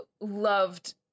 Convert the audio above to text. loved